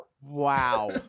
Wow